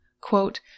Quote